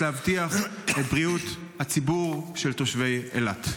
להבטיח את בריאות הציבור של תושבי אילת?